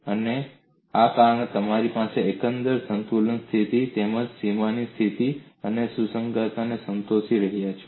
અને કારણ કે આપણે એકંદર સંતુલન સ્થિતિ તેમજ સીમાની સ્થિતિ અને સુસંગતતાને સંતોષી રહ્યા છીએ